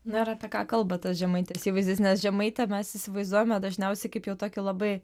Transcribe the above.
na ir apie ką kalba tas žemaitės įvaizdis nes žemaitę mes įsivaizduojame dažniausiai kaip jau tokį labai